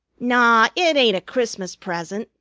naw! it ain't a christmas present,